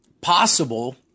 possible